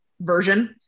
version